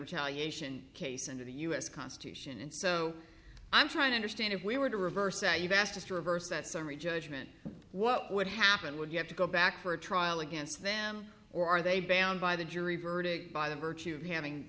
retaliation case into the us constitution and so i'm trying to understand if we were to reverse that you've asked us to reverse that summary judgment what would happen would you have to go back for a trial against them or are they banned by the jury verdict by the virtue of having